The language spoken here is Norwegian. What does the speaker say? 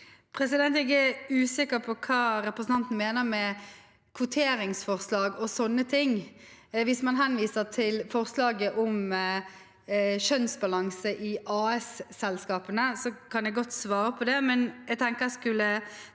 Jeg er usik- ker på hva representanten mener med «kvoteringsforslag og sånne ting». Hvis man henviser til forslaget om kjønnsbalanse i AS-selskapene, kan jeg godt svare på det,